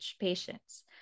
patients